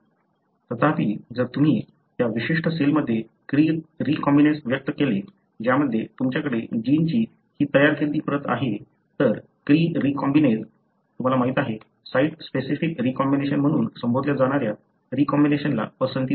तथापि जर तुम्ही त्या विशिष्ट सेलमध्ये क्री रीकॉम्बिनेज व्यक्त केले ज्यामध्ये तुमच्याकडे जिनची ही तयार केली प्रत आहे तर क्री रीकॉम्बिनेज तुम्हाला माहीत आहे साइट स्पेसिफिक रीकॉम्बिनेशन म्हणून संबोधल्या जाणाऱ्या रीकॉम्बिनेसला पसंती देईल